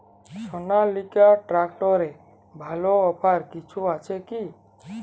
সনালিকা ট্রাক্টরে ভালো অফার কিছু আছে কি?